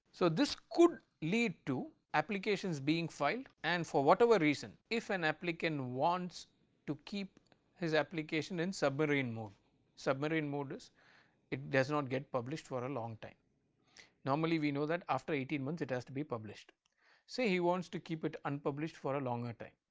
so, this could lead to applications being filed and for whatever reason if an applicant wants to keep his application in submarine mode submarine mode is it does not get published for a long time normally we know that after eighteen months it has to be published say he wants to keep it unpublished for a longer time